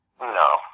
No